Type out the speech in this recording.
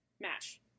match